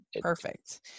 Perfect